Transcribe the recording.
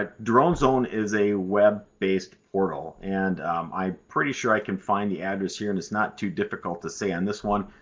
ah dronezone is a web-based portal, and i'm pretty sure i can find the address here and it's not too difficult to say on this one.